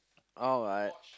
alright